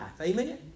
Amen